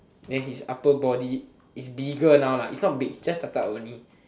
then his upper body is bigger now lah its not big its just the part only